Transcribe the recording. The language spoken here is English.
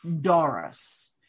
Doris